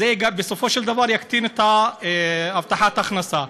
ובסופו של דבר זה יקטין את הבטחת ההכנסה.